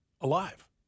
alive